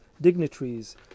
dignitaries